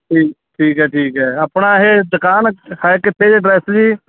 ਠੀਕ ਠੀਕ ਹੈ ਠੀਕ ਹੈ ਆਪਣਾ ਇਹ ਦੁਕਾਨ ਹੈ ਕਿੱਥੇ ਜੀ ਡਰੈਸ ਜੀ